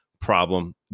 problem